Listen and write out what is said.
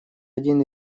один